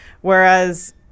whereas